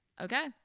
Okay